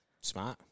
Smart